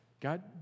God